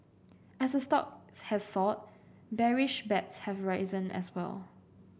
as a stock has soared bearish bets have risen as well